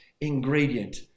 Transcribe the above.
ingredient